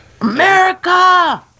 America